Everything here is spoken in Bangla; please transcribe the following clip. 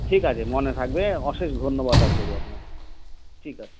ঠিক আছে মনে থাকবে অশেষ ধন্যবাদ ডাক্তারবাবু আপনাকে ঠিক আছে